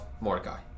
Mordecai